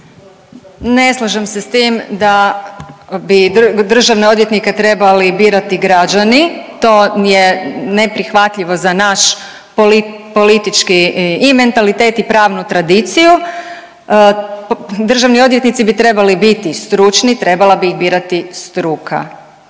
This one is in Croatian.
Ne slažem se sa tim da bi državne odvjetnike trebali birati građani, to je neprihvatljivo za naš politički i mentalitet i pravnu tradiciju. Državni odvjetnici bi trebali biti stručni, trebala bi ih birati struka,